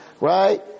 right